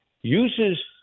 uses